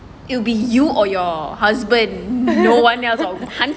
it'll be you or your husband no one else or hantu